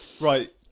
Right